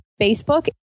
Facebook